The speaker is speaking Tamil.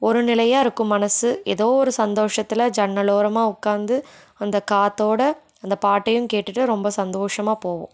ஒருநிலையாக இருக்கும் மனசு ஏதோ ஒரு சந்தோஷத்தில் ஜன்னல் ஓரமாக உட்காந்து அந்த காற்றோட அந்த பாட்டையும் கேட்டுட்டு ரொம்ப சந்தோஷமாக போவோம்